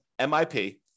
MIP